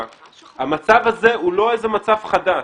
המצב הזה הוא לא מצב חדש.